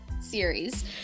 series